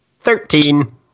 Thirteen